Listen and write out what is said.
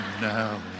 now